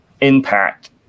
impact